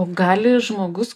o gali žmogus